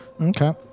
Okay